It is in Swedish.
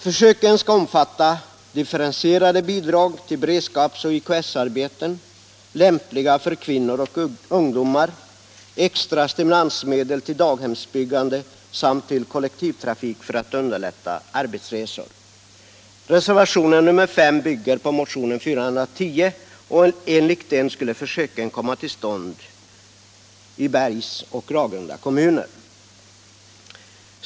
Försöken skall omfatta differentierade bidrag till beredskapsoch IKS-arbeten, lämpliga för kvinnor och ungdomar, extra stimulansmedel till daghemsbyggande samt till kollektivtrafik för att underlätta arbetsresor. Reservationen 5 bygger på motionen 410, och enligt den skulle försöken komma till stånd i Bergs och Ragunda kommuner.